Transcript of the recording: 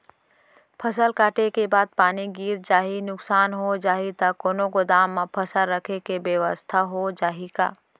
फसल कटे के बाद पानी गिर जाही, नुकसान हो जाही त कोनो गोदाम म फसल रखे के बेवस्था हो जाही का?